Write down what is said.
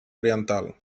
oriental